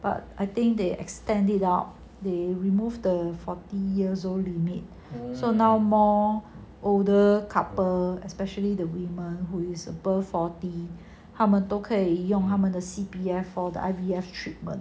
but I think they extended up they remove the forty years old limit so now more older couple especially the women who is above forty 他们都可以用他们的 C_P_F for the idea of treatment